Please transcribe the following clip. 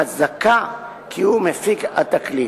חזקה כי הוא מפיק התקליט.